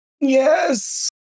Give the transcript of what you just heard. Yes